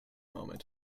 moment